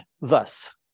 thus